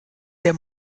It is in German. der